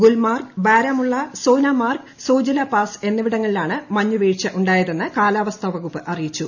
Gulmarg Baramulla Sonamarg Zojila pass എന്നിവിടങ്ങളിലാണ് മഞ്ഞുവീഴ്ച ഉണ്ടായതെന്ന് കാലാവസ്ഥാ വകുപ്പ് അറിയിച്ചു